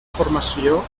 formació